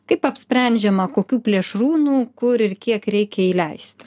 kaip apsprendžiama kokių plėšrūnų kur ir kiek reikia įleist